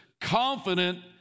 confident